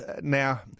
Now